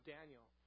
Daniel